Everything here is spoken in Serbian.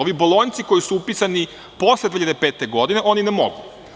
Ovi bolonjci koji su upisani posle 2005. godine, oni ne mogu.